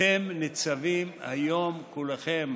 "אתם נצבים היום כלכם,